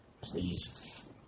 Please